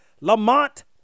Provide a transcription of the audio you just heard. Lamont